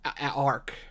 arc